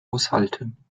aushalten